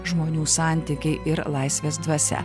žmonių santykiai ir laisvės dvasia